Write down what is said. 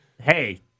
Hey